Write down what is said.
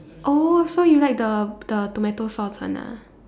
oh so you like the the tomato sauce one ah